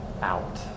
out